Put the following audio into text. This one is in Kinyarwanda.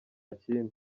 kindi